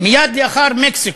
מייד לאחר מקסיקו,